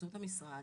באמצעות המשרד,